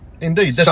Indeed